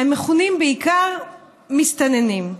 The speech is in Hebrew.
הם מכונים בעיקר מסתננים.